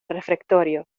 refectorio